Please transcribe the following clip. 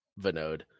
Vinod